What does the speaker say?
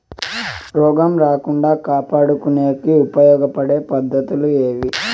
రోగం రాకుండా కాపాడుకునేకి ఉపయోగపడే పద్ధతులు ఏవి?